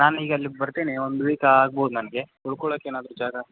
ನಾನು ಈಗ ಅಲ್ಲಿಗೆ ಬರ್ತೀನಿ ಒಂದು ವೀಕ್ ಆಗ್ಬೋದು ನನಗೆ ಉಳ್ಕೊಳ್ಳೋಕ್ಕೆ ಏನಾದರೂ ಜಾಗ